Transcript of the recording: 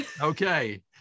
Okay